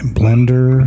blender